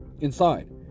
inside